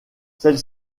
celle